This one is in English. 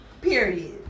Period